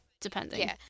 Depending